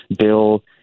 Bill